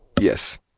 Yes